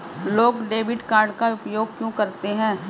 लोग debit card का उपयोग क्यों करते हैं?